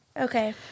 Okay